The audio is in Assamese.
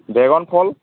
ড্ৰেগন ফল